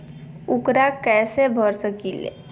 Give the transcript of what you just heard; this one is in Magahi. ऊकरा कैसे भर सकीले?